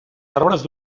arbres